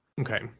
Okay